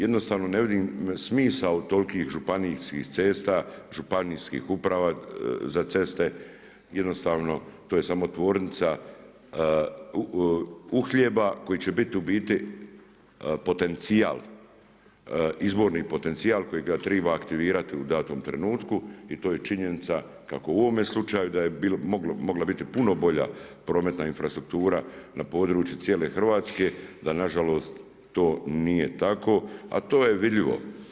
Jednostavno ne vidim smisao tolikih županijskih cesta, županijskih uprava za ceste, jednostavno to je samo tvornica uhljeba koji će biti u biti potencijal, izborni potencijal kojega treba aktivirati u datom trenutku i to je činjenica kako u ovome slučaju da bi mogla biti puno bolja prometna infrastruktura na području cijele Hrvatske, a na žalost to nije tako, a to je vidljivo.